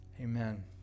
Amen